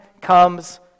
comes